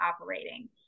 operating